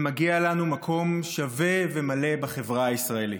ומגיע לנו מקום שווה ומלא בחברה הישראלית.